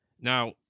Now